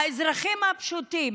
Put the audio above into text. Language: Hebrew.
האזרחים הפשוטים.